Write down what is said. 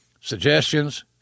suggestions